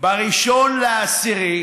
ב-1 בינואר,